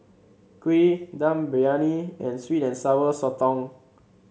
kuih Dum Briyani and sweet and Sour Sotong